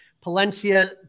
Palencia